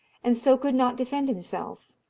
and so could not defend himself.